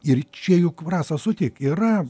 ir čia juk rasa sutik yra